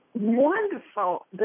wonderful